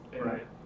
Right